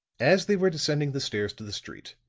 as they were descending the stairs to the street,